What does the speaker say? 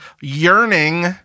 yearning